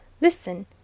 Listen